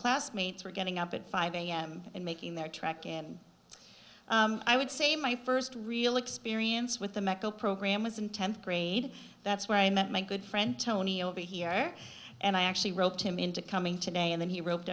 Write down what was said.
classmates were getting up at five am and making their trek and i would say my first real experience with the meco program was in tenth grade that's where i met my good friend tony over here and i actually roped him into coming today and then he roped